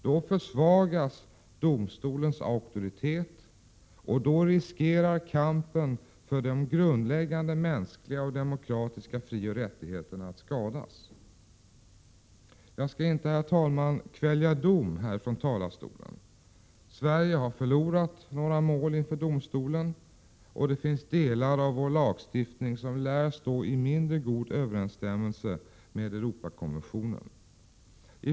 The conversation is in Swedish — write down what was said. Då försvagas domstolens auktoritet, och då riskerar kampen för de grundläggande mänskliga och demokratiska frioch rättigheterna att skadas. Jag skall inte, herr talman, kvälja dom här från talarstolen. Sverige har förlorat några mål inför domstolen, och det finns delar av vår lagstiftning som lär stå i mindre god överensstämmelse med Europakonventionen.